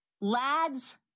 Lads